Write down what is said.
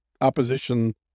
opposition